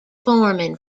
foreman